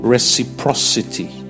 Reciprocity